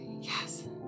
Yes